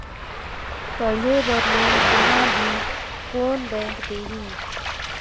पढ़े बर लोन कहा ली? कोन बैंक देही?